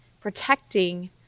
protecting